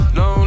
no